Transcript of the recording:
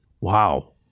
Wow